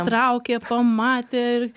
traukė pamatė ir